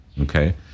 Okay